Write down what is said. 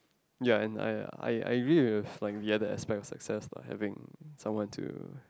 ya and I I I real with like the other aspect success by having someone to